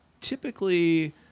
typically